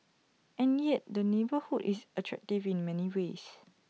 and yet the neighbourhood is attractive in many ways